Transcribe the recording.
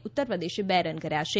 ઉત્તરપ્રદેશે બે રન કર્યા છે